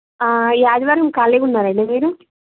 ఈ ఆదివారం ఖాళీగా ఉన్నారాండి మీరు